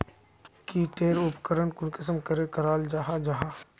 की टेर उपकरण कुंसम करे कराल जाहा जाहा?